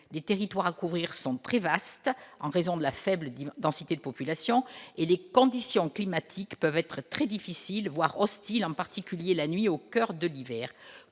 les territoires à couvrir sont très vastes en raison de la faible densité de population et les conditions climatiques peuvent être très difficiles, voire hostiles, en particulier la nuit au coeur de l'hiver.